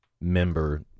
member